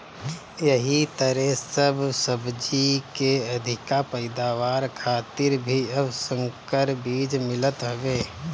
एही तरहे सब सब्जी के अधिका पैदावार खातिर भी अब संकर बीज मिलत हवे